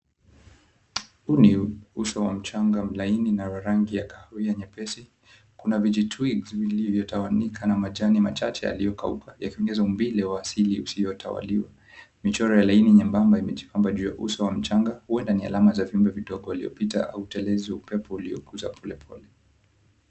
Huu ni uso wa mchanga mlaini na wa rangi ya kahawia nyepesi. Kuna vijitwigs vilivyotawanyika na majani machache yaliyokauka yakiongeza umbile la asili usiotawaliwa. Michoro laini nyembamba imejipamba juu ya uso wa mchanga huenda ni alama za viumbe vidogo waliopita au telezi upepo uliokuza polepole.